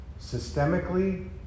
systemically